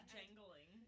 jangling